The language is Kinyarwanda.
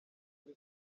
kuri